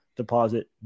deposit